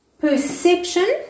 perception